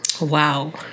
wow